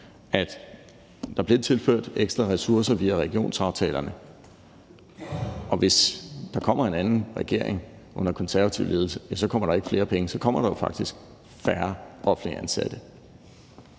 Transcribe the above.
at der bliver tilført ekstra ressourcer via regionsaftalerne, og hvis der kommer en anden regering under konservativ ledelse, kommer der ikke flere penge